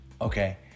Okay